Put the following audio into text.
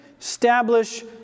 establish